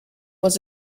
was